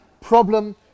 problem